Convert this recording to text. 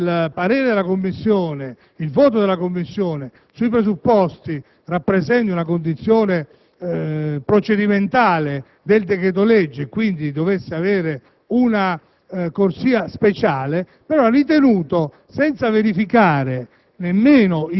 questo aspetto, che il voto della Commissione sui presupposti rappresenti una condizione procedimentale del decreto-legge e quindi dovesse avere una corsia speciale - ha ritenuto, senza verificare